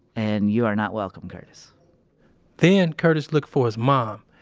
and you are not welcome, curtis then, curtis looked for his mom.